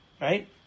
Right